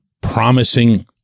promising